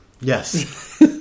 Yes